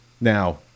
Now